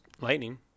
lightning